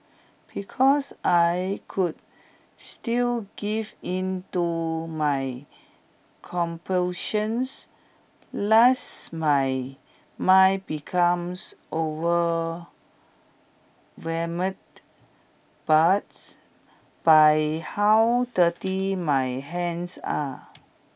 because I could still give in to my compulsions last my mind becomes overwhelmed but by how dirty my hands are